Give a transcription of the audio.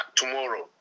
tomorrow